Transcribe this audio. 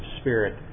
spirit